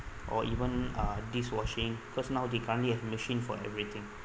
or even uh dish washing because now they currently have machine for everything